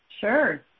Sure